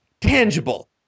tangible